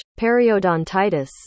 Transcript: periodontitis